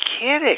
Kidding